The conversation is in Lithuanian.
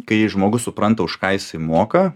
kai žmogus supranta už ką jisai moka